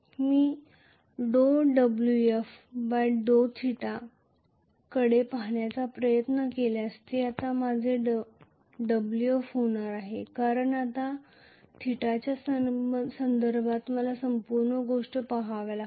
मी ∂wf∂θ कडे पहाण्याचा प्रयत्न केल्यास हे आता माझे डब्ल्यूएफ होणार आहे कारण आता थीटाच्या संदर्भात मला संपूर्ण गोष्टी पहाव्या लागतील